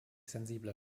sensible